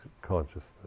consciousness